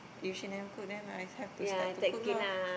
if she never cook then I have to start to cook lor